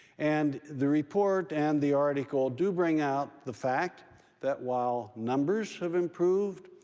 and the report and the article do bring out the fact that while numbers have improved,